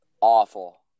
Awful